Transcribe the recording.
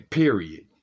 period